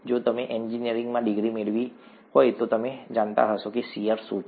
જો તમે એન્જીનિયરીંગમાં ડિગ્રી મેળવી હોય તો તમે જાણતા હશો કે શીયર શું છે